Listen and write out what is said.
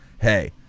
Hey